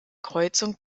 kreuzung